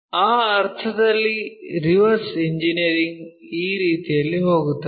ಆ ಅರ್ಥದಲ್ಲಿ reverse engineering ಈ ರೀತಿಯಲ್ಲಿ ಹೋಗುತ್ತದೆ